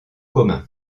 commun